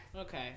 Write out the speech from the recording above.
Okay